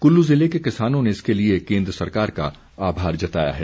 कुल्लू जिले के किसानों ने इसके लिए केन्द्र सरकार का आभार जताया है